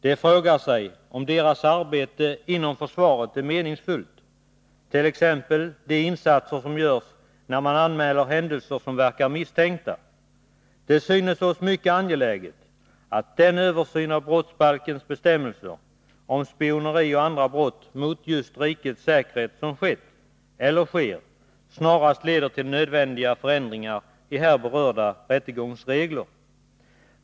De frågar sig om deras arbete inom försvaret är meningsfullt, t.ex. de insatser som görs när man anmäler händelser som verkar misstänkta. Det synes oss mycket angeläget att den översyn av brottsbalkens bestämmelser om spioneri och andra brott mot just rikets säkerhet som skett, eller sker, snarast leder till nödvändiga förändringar i här berörda rättegångsregler.